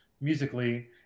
musically